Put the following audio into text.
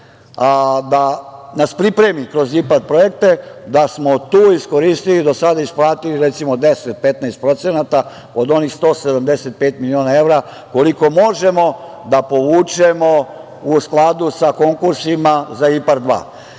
da nas pripremi kroz IPARD projekte, da smo tu iskoristili i do sada isplatili, recimo, 10-15 procenata od onih 175 miliona evra, koliko možemo da povučemo u skladu sa konkursima za IPARD